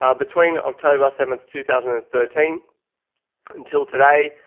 um between october seventh, two thousand and thirteen until today,